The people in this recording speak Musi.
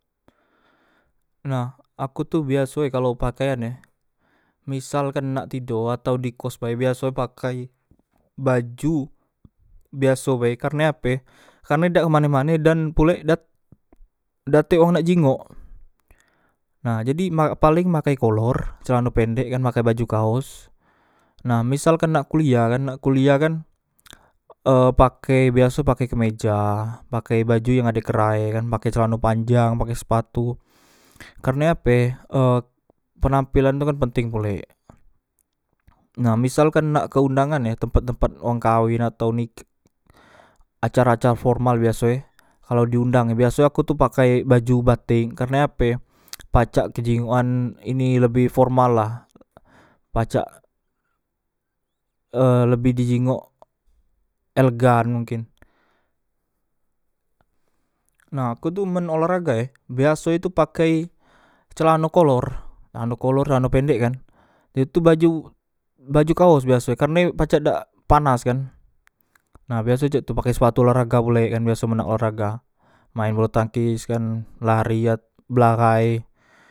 Nah aku tu biasoe men pakaian e misalkan nak tido atau di kos bae biaso pakai baju biaso be kerne ape karne dak kemane mane dan pulek dak tek wong nak jinggok nah jadi ma paleng makek kolor celano pendek kan make baju kaos nah misalkan nak kuliah kan nak kuliah kan e pake biaso pake kemeja paku baju yang ade kerae kan make celano panjang pake sepatu kerne ape e penampilan tu kan penting pulek nah misalkan nak ke undangan e tempat tempat wong kawen atau nikah acara acara formal biaso e kalo di undang biasonyo tu aku pakai baju batek kerne ape pacak kejinggokan ini lebih formallah pacak e lebih di jinggok elegan mungkin nah akutu men olahragae biasonyo tu pakai celano kolor celano kolor celano pendek kan da tu baju baju kaos karne pacak dak panas kan nah biaso cak tu pakai sepatu oalahraga pulek men nak olahraga maen bulutangkiskan belari belahai